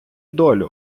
долю